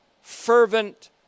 fervent